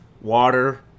water